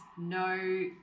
no